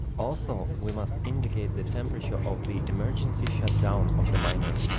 also we must indicate the temperature of the emergency shutdown of the miner.